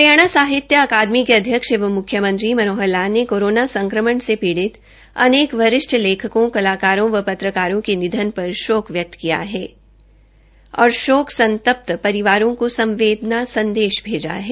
हरियाणा साहित्य अकादमी के अध्यक्ष एवं मुख्यमंत्री मनोहर लाल ने कोरोना संक्रमण से पीड़ित अनेक वरिष्ठ लेखकों कलाकारों एवं पत्रकारों के निधन पर शोक व्यक्त किया है और शोक संतप्त परिवारों को संवेदना संदेश भेजा है